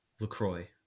LaCroix